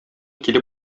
килеп